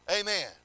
Amen